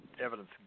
Evidence